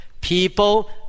people